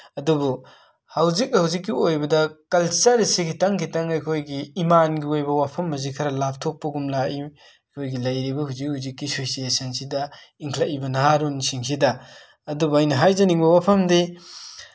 ꯑꯗꯨꯕꯨ ꯍꯧꯖꯤꯛ ꯍꯧꯖꯤꯛꯀꯤ ꯑꯣꯏꯕꯗ ꯀꯜꯆꯔꯁꯤ ꯈꯤꯇꯪ ꯈꯤꯇꯪ ꯑꯩꯈꯣꯏꯒꯤ ꯏꯃꯥꯟꯒꯤ ꯑꯣꯏꯕ ꯋꯥꯐꯝ ꯑꯁꯤ ꯈꯔ ꯂꯥꯞꯊꯣꯛꯄꯒꯨꯝ ꯂꯥꯛꯏ ꯑꯩꯈꯣꯏꯒꯤ ꯂꯩꯔꯤꯕ ꯍꯧꯖꯤꯛ ꯍꯧꯖꯤꯛꯀꯤ ꯁꯤꯆꯨꯋꯦꯁꯟꯁꯤꯗ ꯏꯟꯈꯠꯂꯛꯏꯕ ꯅꯍꯥꯔꯣꯜꯁꯤꯡꯁꯤꯗ ꯑꯗꯨꯕꯨ ꯑꯩꯅ ꯍꯥꯏꯖꯅꯤꯡꯕ ꯋꯥꯐꯝꯗꯤ